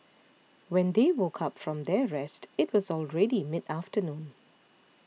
when they woke up from their rest it was already mid afternoon